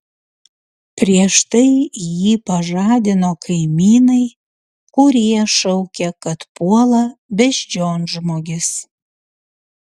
prieš tai jį pažadino kaimynai kurie šaukė kad puola beždžionžmogis